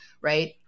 right